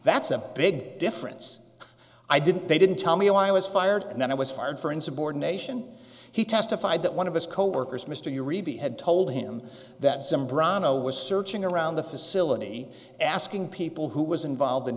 that's a big difference i didn't they didn't tell me i was fired and then i was fired for insubordination he testified that one of his coworkers mr uribe had told him that some bronco was searching around the facility asking people who was involved in